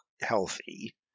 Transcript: healthy